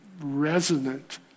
resonant